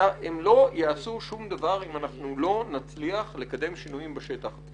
הם לא יעשו שום דבר אם לא נצליח לקדם שינויים בשטח.